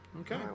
Okay